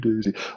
daisy